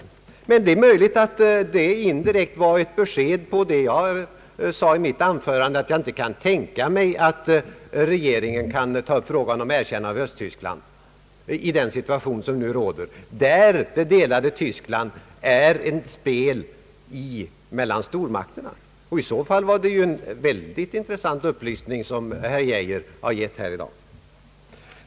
Det är möjligt att detta indirekt är ett besked med anledning av vad jag sade i mitt förra anförande, nämligen att jag inte kan tänka mig att regeringen kan ta upp frågan om erkännande av Östtyskland i den situation som nu råder, där det delade Tyskland ingår i ett spel mellan stormakterna. I så fall var det ju en väldigt intressant upplysning som herr Geijer har givit här i dag.